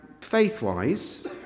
faith-wise